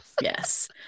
Yes